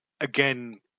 again